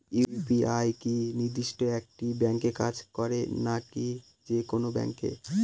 UPI কি নির্দিষ্ট একটি ব্যাংকে কাজ করে নাকি যে কোনো ব্যাংকে?